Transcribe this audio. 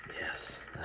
Yes